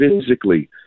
physically